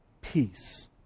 peace